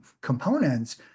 components